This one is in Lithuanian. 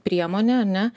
priemonė ar ne